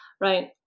right